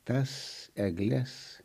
tas egles